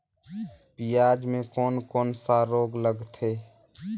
पियाज मे कोन कोन सा रोग लगथे?